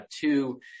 two